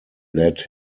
led